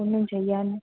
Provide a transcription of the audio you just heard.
ഒന്നും ചെയ്യാതെ